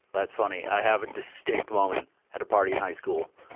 that's funny. i have a distinct moment at a party in high school.